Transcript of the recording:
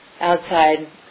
outside